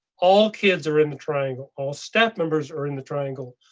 all kids are in the triangle. all staff members are in the triangle.